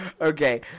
Okay